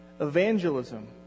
Evangelism